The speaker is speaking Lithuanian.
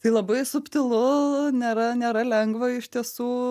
tai labai subtilu nėra nėra lengva iš tiesų